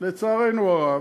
לצערנו הרב,